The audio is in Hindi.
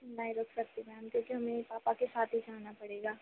नहीं रुक सकती मैम क्योंकि हमें पापा के साथ ही जाना पड़ेगा